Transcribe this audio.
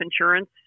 insurance